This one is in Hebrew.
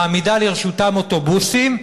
מעמידה לרשותם אוטובוסים,